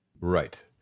right